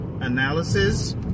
analysis